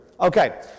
Okay